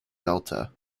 delta